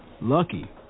Lucky